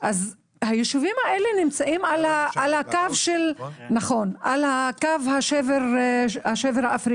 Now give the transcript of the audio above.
היישובים האלה נמצאים על קו השבר האפריקני.